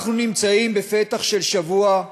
אנחנו נמצאים בפתח של שבוע,